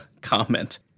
comment